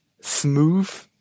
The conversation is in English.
smooth